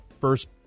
first